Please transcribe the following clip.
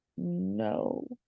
No